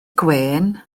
gwên